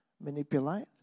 manipulate